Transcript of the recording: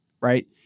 right